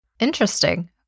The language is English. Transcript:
Interesting